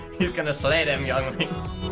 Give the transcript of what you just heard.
he's gonna slay them younglings.